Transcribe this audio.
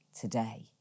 today